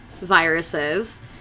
viruses